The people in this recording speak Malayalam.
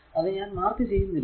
അത്ഞാൻ മാർക്ക് ചെയ്യുന്നില്ല